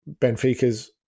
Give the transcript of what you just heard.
Benfica's